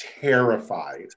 terrified